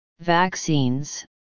Vaccines